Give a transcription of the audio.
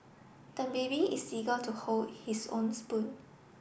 the baby is eager to hold his own spoon